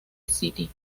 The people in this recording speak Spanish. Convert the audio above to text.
city